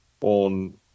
on